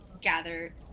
gather